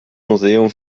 museum